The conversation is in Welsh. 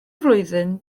flwyddyn